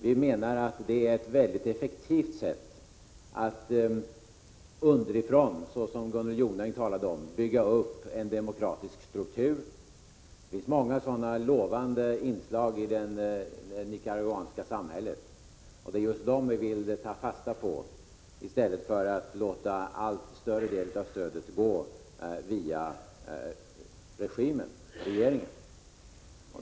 Vi menar att det är ett väldigt effektivt sätt att underifrån, så som Gunnel Jonäng talade om, bygga upp en demokratisk struktur. Det finns många sådana lovande inslag i det nicaraguanska samhället, och det är just dem vi vill ta fasta på, i stället för att låta större delen av stödet gå via regeringen.